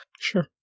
Sure